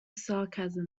sarcasm